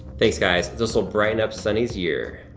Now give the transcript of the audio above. thanks guys, this will brighten up sunny's year.